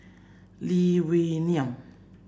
Lee Wee Nam